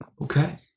Okay